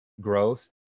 growth